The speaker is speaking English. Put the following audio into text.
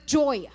joy